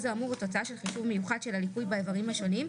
האמור הוא תוצאה של חישוב מיוחד של הליקוי באיברים השונים,